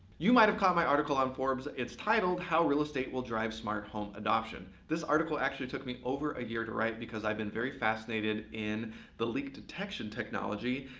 you might caught my article on forbes. it's titled how real estate will drive smart home adoption. this article actually took me over a year to write because i've been very fascinated in the leak detection technology.